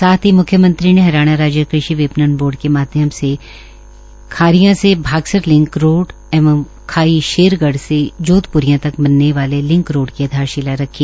साथ ही म्ख्यमंत्री ने हरियाणा राज्य कृषि विपणन बोर्ड के माध्यम से खारियां से भागसर लिंक रोड़ एवं खाई शेरगढ़ से जोधप्रियां तक बनने वाले लिंक रोड़ की आधारशिला रखी